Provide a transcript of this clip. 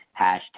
hashtag